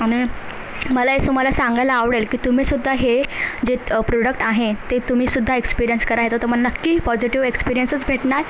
आणि मला हे तुम्हाला सांगायला आवडेल की तुम्हीसुद्धा हे जे त् प्रोडक्ट आहे ते तुम्हीसुद्धा एक्सपीरियन्स करा याचा तुम्हाला नक्की पॉझिटिव्ह एक्सपीरियन्सच भेटणार